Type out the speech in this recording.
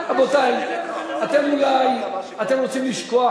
רבותי, אתם אולי, אתם רוצים לשכוח